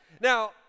Now